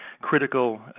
critical